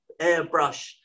airbrush